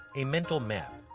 a mental map.